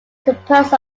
composed